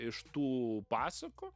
iš tų pasakų